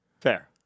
Fair